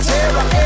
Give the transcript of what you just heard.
Terror